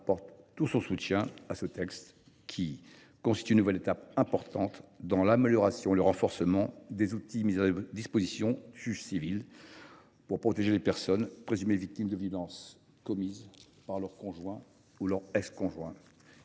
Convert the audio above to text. apporte tout son soutien à ce texte, qui constitue une nouvelle étape importante dans l’amélioration et le renforcement des outils mis à la disposition du juge civil pour protéger les personnes présumées victimes de violences commises par leur conjoint ou leur ex conjoint.